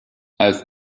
als